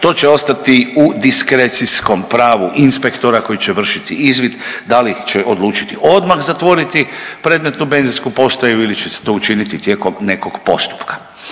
to će ostati u diskrecijskom pravu inspektora koji će vršiti izvid da li će odlučiti odmah zatvoriti predmetu benzinsku postaju ili će se to učiniti tijekom nekog postupka.